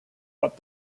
but